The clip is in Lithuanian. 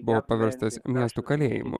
buvo paverstas miestu kalėjimu